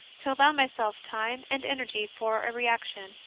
to allow myself time and energy for a reaction,